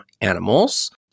animals